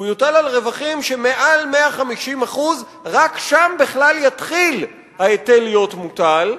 הוא יוטל על רווחים שמעל 150%. רק שם בכלל יתחיל ההיטל להיות מוטל,